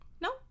No